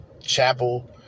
Chapel